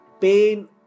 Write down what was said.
pain